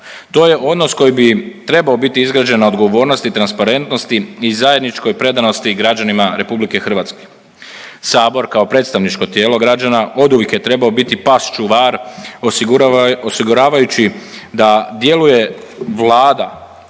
To je odnos koji bi trebao biti izrađen na odgovornosti i transparentnosti i zajedničkoj predanosti građanima Republike Hrvatske. Sabor kao predstavničko tijelo građana oduvijek je trebao biti pas čuvar osiguravajući da djeluje Vlada,